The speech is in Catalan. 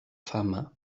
fama